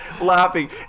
laughing